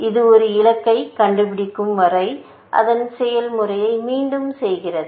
இது ஒரு இலக்கைக் கண்டுபிடிக்கும் வரை அதன் செயல்முறையை மீண்டும் செய்கிறது